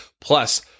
Plus